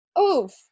Oof